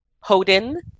Hoden